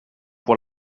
pour